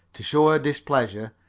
to show her displeasure,